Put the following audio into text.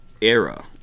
era